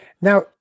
Now